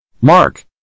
Mark